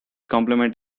compliment